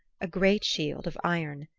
a great shield of iron.